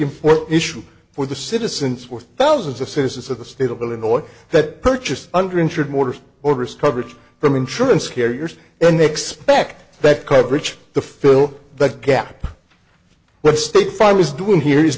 important issue for the citizens were thousands of citizens of the state of illinois that purchased under insured mortars or risk coverage from insurance carriers and they expect that coverage to fill that gap but state farm was doing here is